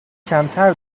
کمتر